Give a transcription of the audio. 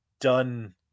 done